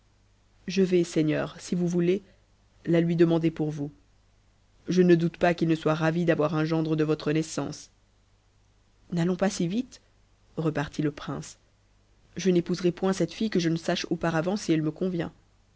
je vais seigneur si vous voulez la lui demander pour vous je ne doute pas qu'il ne soit ravi d'avoir un gendre de votre naissance n'allons pas si vite repartit le prince je n'épouserai point cette fille que je ne sache auparavant si elle me convient